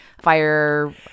fire